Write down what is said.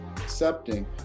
accepting